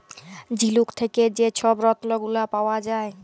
ঝিলুক থ্যাকে যে ছব রত্ল গুলা পাউয়া যায়